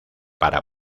para